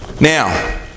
Now